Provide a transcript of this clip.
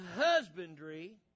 husbandry